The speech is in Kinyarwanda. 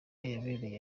yabereye